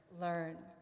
learn